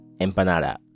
empanada